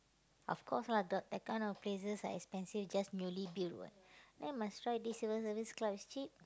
of course lah the that kind of places are extensive just newly built what then must try this Civil-Service-Club is cheap